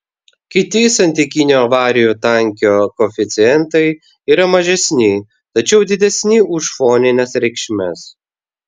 kiti santykinio avarijų tankio koeficientai yra mažesni tačiau didesni už fonines reikšmes